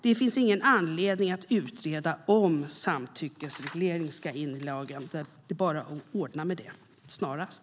Det finns ingen anledning att utreda om samtyckesreglering ska in i lagen. Det är bara att ordna med det snarast.